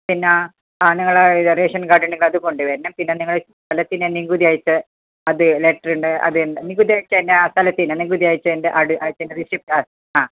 പിന്നെ നിങ്ങളെ ration card ഉണ്ടെങ്കിൽ അതു കൊണ്ടു വരണം പിന്നെ നിങ്ങൾ സ്ഥലത്തിൻ്റെ നികുതി ആയിട്ട് അത് ലെറ്റർ ഉണ്ട് അത് നികുതി അടച്ചതിൻ്റെ സ്ഥലത്തിൻ്റെ നികുതി അടച്ചതിൻ്റെ അടച്ചതിൻ്റെ റസീപ്റ്റ് ആ ആ